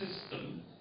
system